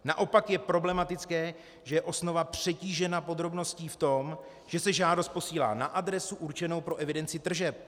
Naopak je problematické, že je osnova přetížena podrobností v tom, že se žádost posílá na adresu určenou pro evidenci tržeb.